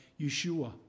Yeshua